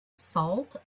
salt